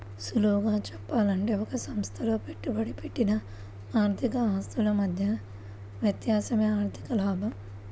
సులువుగా చెప్పాలంటే ఒక సంస్థలో పెట్టుబడి పెట్టిన ఆర్థిక ఆస్తుల మధ్య వ్యత్యాసమే ఆర్ధిక లాభం